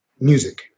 music